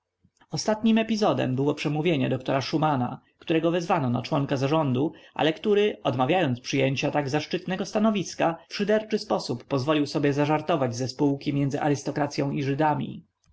ostatnim epizodem było przemówienie doktora szumana którego wezwano na członka zarządu ale który odmawiając przyjęcia tak zaszczytnego stanowiska w szyderczy sposób pozwolił sobie zażartować ze spółki między arystokracyą i żydami